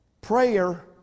Prayer